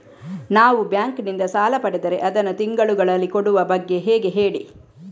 ನಾವು ಬ್ಯಾಂಕ್ ನಿಂದ ಸಾಲ ಪಡೆದರೆ ಅದನ್ನು ತಿಂಗಳುಗಳಲ್ಲಿ ಕೊಡುವ ಬಗ್ಗೆ ಹೇಗೆ ಹೇಳಿ